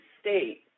state